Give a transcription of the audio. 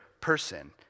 person